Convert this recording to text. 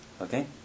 Okay